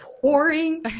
pouring